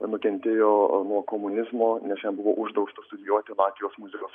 nukentėjo nuo komunizmo nes jam buvo uždrausta studijuoti latvijos muzikos